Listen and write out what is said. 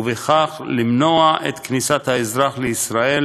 ובכך למנוע את כניסת האזרח לישראל